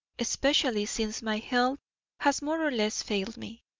especially since my health has more or less failed me.